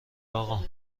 اقا